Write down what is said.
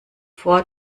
vor